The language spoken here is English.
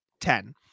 ten